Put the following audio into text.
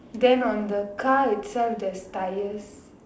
then on the car itself there's tyres